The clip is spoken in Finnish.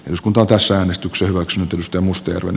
eduskuntatyössä omistuksen vuoksi tutkimustyö on